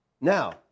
Now